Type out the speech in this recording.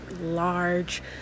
large